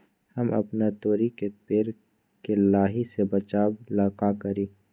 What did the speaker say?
हम अपना तोरी के पेड़ के लाही से बचाव ला का करी?